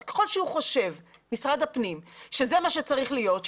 ככל שמשרד הפנים חושב שזה מה שצריך להיות,